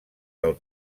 del